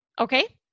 Okay